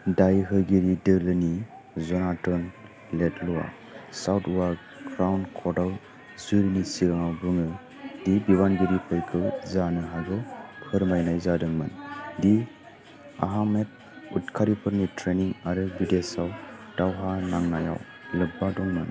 दाय हैगिरि दोलोनि ज'नाटन लेडल'आ साउथवार्क क्राउन कर्टआव जूरीनि सिगाङाव बुङो दि बिबानगिरिफोरखौ जानो हागौ फोरमायनाय जादोंमोनदि आहमेद उतखारिफोरनि ट्रेनिं आरो बिदेशआव दावहा नांनायाव लोब्बा दंमोन